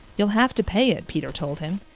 you'll have to pay it, peter told him.